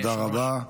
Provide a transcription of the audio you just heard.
תודה רבה.